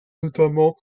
notamment